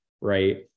right